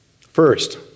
First